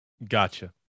Gotcha